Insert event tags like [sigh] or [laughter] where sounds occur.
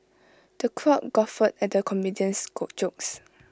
the crowd guffawed at the comedian's [unintelligible] jokes